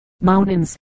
mountains